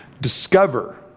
Discover